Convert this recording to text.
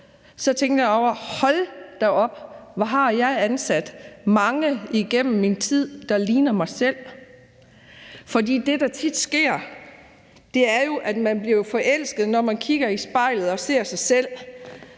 tænkte jeg: Hold da op, hvor har jeg ansat mange igennem min tid, der ligner mig selv. For det, der tit sker, er jo, at man bliver forelsket, når man kigger i spejlet og ser sig selv,